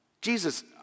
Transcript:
Jesus